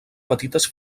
petites